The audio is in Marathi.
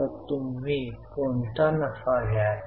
तर तुम्ही कोणता नफा घ्याल